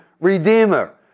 redeemer